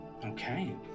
Okay